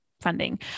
funding